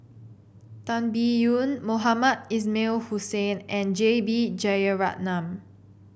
Tan Biyun Mohamed Ismail Hussain and J B Jeyaretnam